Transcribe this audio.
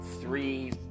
three